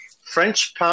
French